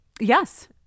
Yes